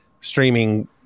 streaming